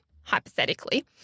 hypothetically